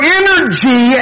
energy